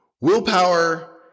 willpower